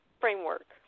framework